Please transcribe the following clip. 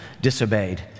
disobeyed